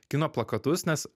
kino plakatus nes